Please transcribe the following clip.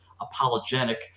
apologetic